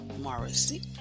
Morrissey